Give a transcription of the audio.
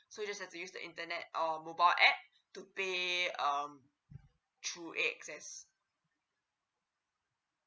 so you just have to use the internet of mobile app to pay um through A_X_S